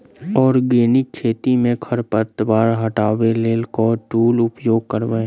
Organic खेती मे खरपतवार हटाबै लेल केँ टूल उपयोग करबै?